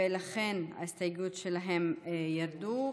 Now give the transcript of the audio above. ולכן ההסתייגויות שלהם ירדו,